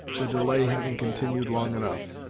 the delay having continued long enough,